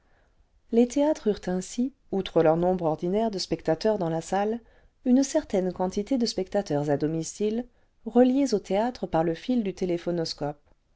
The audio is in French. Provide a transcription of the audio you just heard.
les théâtres eurent ainsi outre leur nombre ordinah'e de spectateurs dans la salle une certaine quantité de spectateurs'à domicile irebës au théâtre par le fil du